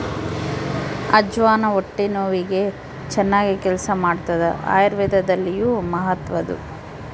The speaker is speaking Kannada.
ಅಜ್ವಾನ ಹೊಟ್ಟೆ ನೋವಿಗೆ ಚನ್ನಾಗಿ ಕೆಲಸ ಮಾಡ್ತಾದ ಆಯುರ್ವೇದದಲ್ಲಿಯೂ ಮಹತ್ವದ್ದು